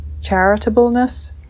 charitableness